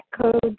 code